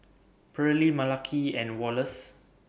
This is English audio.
Pearlie Malaki and Wallace